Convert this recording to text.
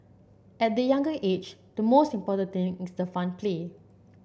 at the younger age the most important thing is the fun play